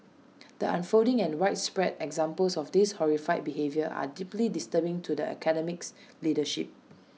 the unfolding and widespread examples of this horrific behaviour are deeply disturbing to the Academy's leadership